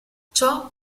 ciò